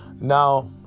Now